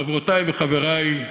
חברותי וחברי,